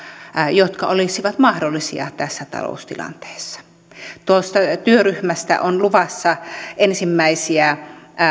jotka olisivat mahdollisia tässä taloustilanteessa tuosta työryhmästä on luvassa ensimmäisiä